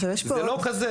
זה לא כזה.